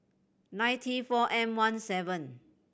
nine T four M One seven